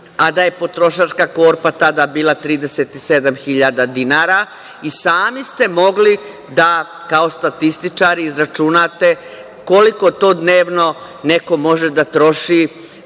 a da je potrošačka korpa tada bila 37.000 dinara i sami ste mogli da kao statističari izračunate koliko to dnevno neko može da troši